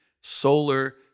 Solar